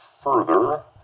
further